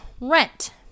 rent